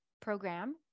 program